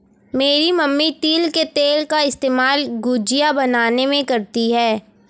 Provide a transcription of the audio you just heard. मेरी मम्मी तिल के तेल का इस्तेमाल गुजिया बनाने में करती है